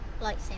lightsaber